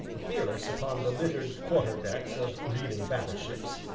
fearless upon the littered quarterdecks of reeling battleships,